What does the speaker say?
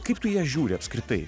kaip tu į ją žiūri apskritai